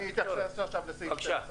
אני אתייחס עכשיו לסעיף 12. בבקשה.